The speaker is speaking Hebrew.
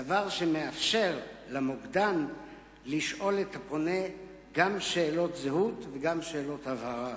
דבר שמאפשר למוקדן לשאול את הפונה גם שאלות זהות וגם שאלות הבהרה.